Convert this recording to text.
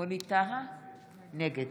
נגד